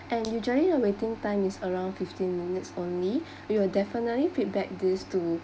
and usually the waiting time is around fifteen minutes only we will definitely feedback these to